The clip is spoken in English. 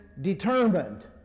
determined